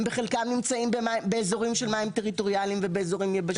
הם בחלקם נמצאים באזורים של מים טריטוריאליים ובאזורים יבשתיים.